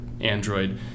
Android